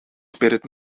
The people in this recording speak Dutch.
spirit